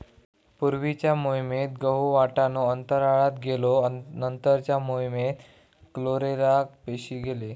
पूर्वीच्या मोहिमेत गहु, वाटाणो अंतराळात गेलो नंतरच्या मोहिमेत क्लोरेला पेशी गेले